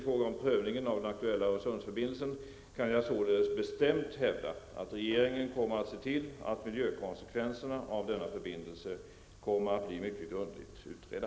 Öresundsförbindelsen kan jag således bestämt hävda att regeringen kommer att se till att miljökonsekvenserna av denna förbindelse kommer att bli mycket grundligt utredda.